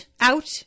out